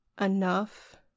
enough